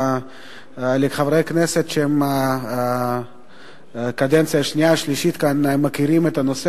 חברי הכנסת שהם קדנציה שנייה-שלישית כאן מכירים את הנושא.